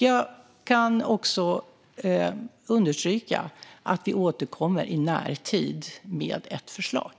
Jag kan också understryka att vi återkommer i närtid med ett förslag.